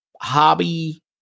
hobby